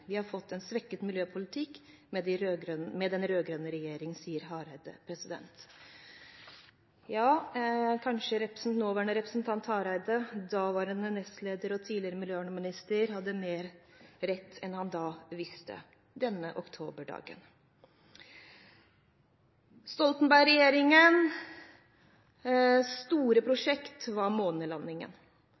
Vi har fått en svekket miljøpolitikk med den rød-grønne regjeringen.» Kanskje nåværende stortingsrepresentant Hareide – daværende nestleder og tidligere miljøvernminister – hadde mer rett enn han visste den oktoberdagen. Stoltenberg-regjeringens store prosjekt var månelandingen.